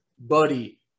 Buddy